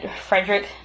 frederick